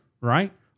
Right